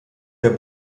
der